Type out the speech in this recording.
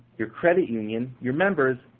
your credit union, your members,